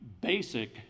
basic